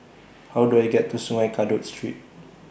How Do I get to Sungei Kadut Street